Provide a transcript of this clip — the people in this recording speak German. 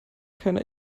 keiner